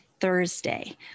Thursday